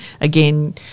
again